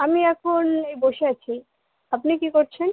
আমি এখন এই বসে আছি আপনি কী করছেন